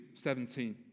17